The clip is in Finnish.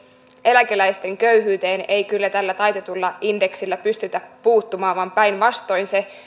eläkeläisten köyhyyteen ei kyllä tällä taitetulla indeksillä pystytä puuttumaan vaan päinvastoin se